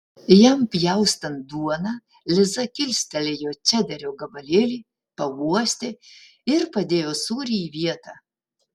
jam pjaustant duoną liza kilstelėjo čederio gabalėlį pauostė ir padėjo sūrį į vietą